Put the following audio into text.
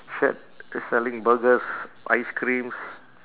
shed that selling burgers ice creams